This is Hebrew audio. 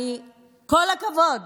כל הכבוד